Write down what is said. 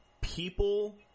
people